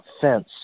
fence